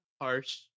harsh